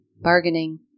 bargaining